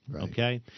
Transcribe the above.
Okay